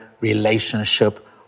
relationship